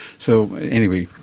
so, anyway,